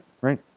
Right